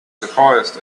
surprised